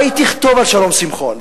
מה היא תכתוב על שלום שמחון.